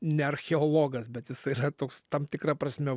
ne archeologas bet jisai yra toks tam tikra prasme